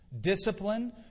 discipline